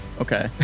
Okay